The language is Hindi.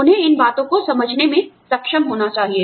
उन्हें इन बातों को समझने में सक्षम होना चाहिए